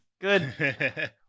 Good